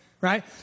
right